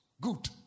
Good